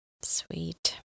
Sweet